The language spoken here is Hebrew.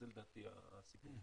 זה לדעתי הסיפור.